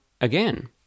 Again